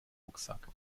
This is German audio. rucksack